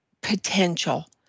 potential